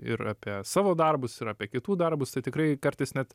ir apie savo darbus ir apie kitų darbus tai tikrai kartais net